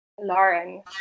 Lauren